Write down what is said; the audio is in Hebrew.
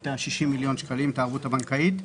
את ה-60 מיליון שקלים, את הערבות הבנקאית.